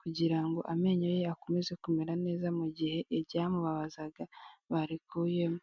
kugira ngo amenyo ye akomeze kumera neza mu gihe iryamubabazaga barikuyemo.